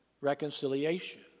reconciliation